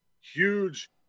huge